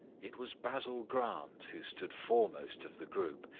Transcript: it was basil grant who stood foremost of the group,